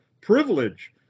privilege